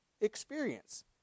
experience